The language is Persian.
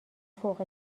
فوق